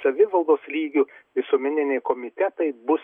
savivaldos lygiu visuomeniniai komitetai bus